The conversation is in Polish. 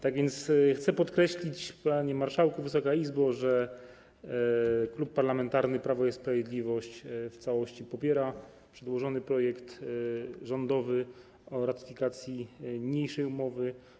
Tak więc chcę podkreślić, panie marszałku, Wysoka Izbo, że Klub Parlamentarny Prawo i Sprawiedliwość w całości popiera przedłożony rządowy projekt o ratyfikacji niniejszej umowy.